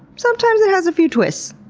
sometimes it has a few twists.